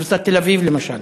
אוניברסיטת תל-אביב למשל.